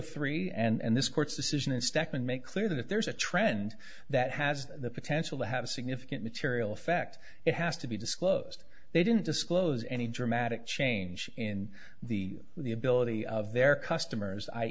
three and this court's decision in step and make clear that if there's a trend that has the potential to have significant material effect it has to be disclosed they didn't disclose any dramatic change in the the ability of their customers i